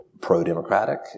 pro-democratic